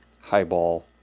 highball